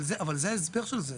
אבל זה ההסבר של זה.